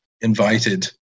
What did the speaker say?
invited